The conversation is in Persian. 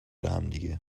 همدیگه